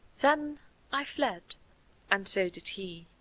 then i fled and so did he!